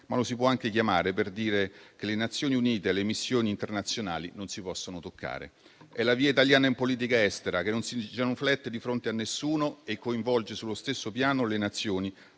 Ma lo si può chiamare anche per dire che le Nazioni Unite e le missioni internazionali non si possono toccare. È la via italiana in politica estera, che non si genuflette di fronte a nessuno e coinvolge sullo stesso piano le Nazioni